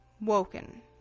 woken